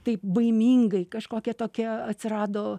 taip baimingai kažkokia tokia atsirado